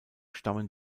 stammen